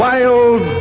Wild